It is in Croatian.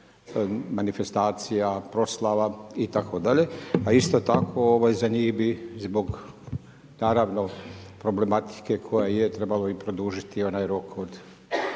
manifestacija, proslava itd. A isto tako, za njih bi zbog naravno problematike koja je trebalo i produžiti onaj rok od,